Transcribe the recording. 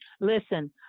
Listen